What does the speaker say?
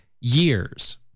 years